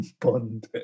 bond